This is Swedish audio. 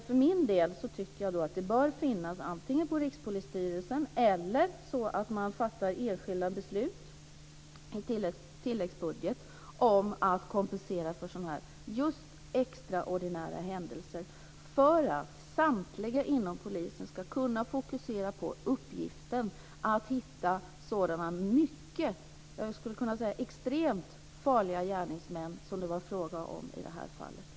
För min del anser jag att det bör finnas antingen en möjlighet för Rikspolisstyrelsen eller en annan möjlighet att fatta enskilda beslut i tilläggsbudget om att kompensera för extraordinära händelser för att samtliga inom polisen ska kunna fokusera på uppgiften att hitta sådana extremt farliga gärningsmän som det var fråga om i det här fallet.